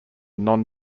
non